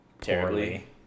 Terribly